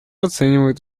оценивает